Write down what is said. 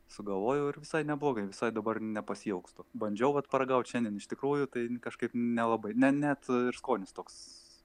sugalvojau ir visai neblogai visai dabar nepasiilgstu bandžiau vat paragaut šiandien iš tikrųjų tai kažkaip nelabai ne net skonis toks